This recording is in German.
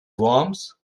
worms